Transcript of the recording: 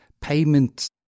payment